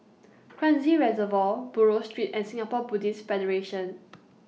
Kranji Reservoir Buroh Street and Singapore Buddhist Federation